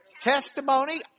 Testimony